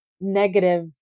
negative